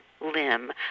limb